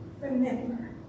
remember